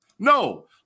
No